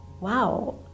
wow